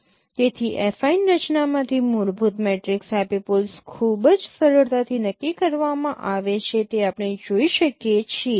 તેથી એફાઈન રચનામાંથી મૂળભૂત મેટ્રિક્સ એપિપોલ્સ ખૂબ જ સરળતાથી નક્કી કરવામાં આવે છે તે આપણે જોઈ શકીએ છીએ